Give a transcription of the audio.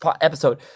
episode